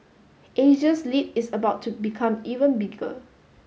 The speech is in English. Asia's lead is about to become even bigger